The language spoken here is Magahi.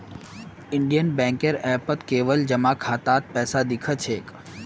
इंडियन बैंकेर ऐपत केवल जमा खातात पैसा दि ख छेक